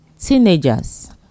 teenagers